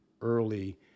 early